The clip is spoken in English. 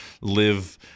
live